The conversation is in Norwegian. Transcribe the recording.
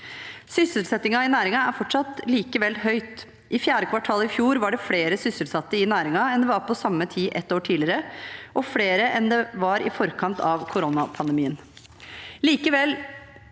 Sysselsettingen i næringen er likevel fortsatt høy. I fjerde kvartal i fjor var det flere sysselsatte i næringen enn det var på samme tid ett år tidligere, og flere enn det var i forkant av koronapandemien.